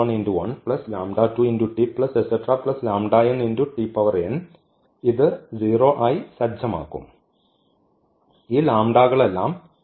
ഇവിടെ ഇത് 0 ആയി സജ്ജമാക്കും ഈ ലാംബാഡകളെല്ലാം 0